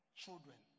children